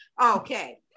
okay